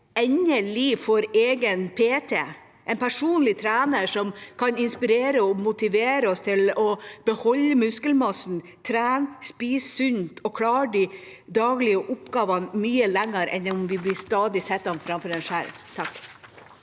endelig får egen PT, en personlig trener som kan inspirere og motivere oss til å beholde muskelmassen, trene, spise sunt og klare de daglige oppgavene mye lenger enn om vi blir sittende framfor en skjerm.